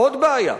עוד בעיה: